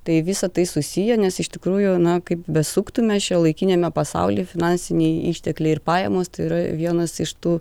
tai visa tai susiję nes iš tikrųjų na kaip besuktumei šiuolaikiniame pasaulyje finansiniai ištekliai ir pajamos yra vienas iš tų